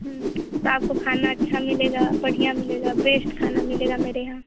तो आपको खाना अच्छा मिलेगा बढ़िया मिलेगा बेस्ट खाना मिलेगा मेरे यहाँ